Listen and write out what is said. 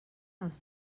els